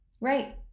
Right